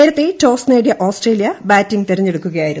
നേരത്തെ ടോസ് നേടിയ Australia batting തിരഞ്ഞെടുക്കുകയായിരുന്നു